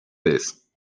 this